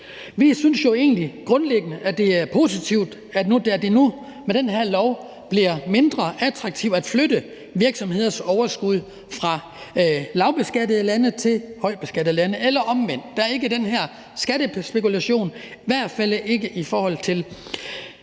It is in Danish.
Vi synes jo egentlig grundlæggende, at det er positivt, at det nu med den her lov bliver mindre attraktivt at flytte virksomheders overskud fra lavt beskattede lande til højt beskattede lande eller omvendt. Der er ikke den her skattespekulation, i hvert fald ikke i forhold til